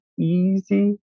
easy